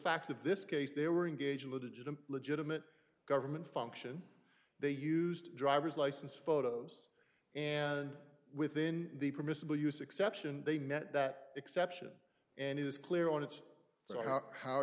facts of this case there were engaged in the digital legitimate government function they used driver's license photos and within the permissible use exception they met that exception and it was clear on it's so hot how